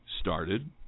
started